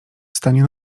stanie